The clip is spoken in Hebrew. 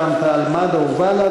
רע"ם-תע"ל-מד"ע ובל"ד.